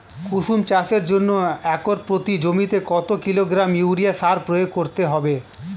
কুসুম চাষের জন্য একর প্রতি জমিতে কত কিলোগ্রাম ইউরিয়া সার প্রয়োগ করতে হবে?